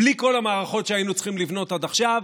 בלי כל המערכות שהיינו צריכים לבנות עד עכשיו,